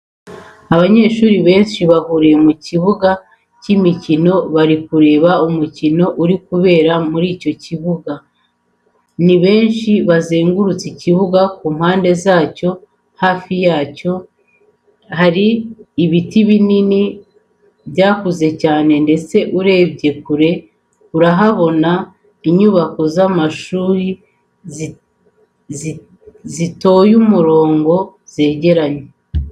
Abanyeshuri benshi bahuriye ku kibuga cy'imikino bari kureba umukino uri kubera muri icyo kibuga, ni benshi bazengurutse ikibuga ku mpande zacyo zose, hafi yacyo hari ibiti binini byakuze cyane ndetse urebye kure urahabona inyubako z'amashuri zitoye umurongo zegeranye.